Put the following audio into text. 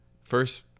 First